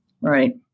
Right